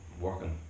working